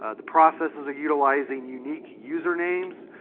ah the process is utilizing unique usernames,